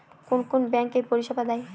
কোন কোন ব্যাঙ্ক এই পরিষেবা দেয়?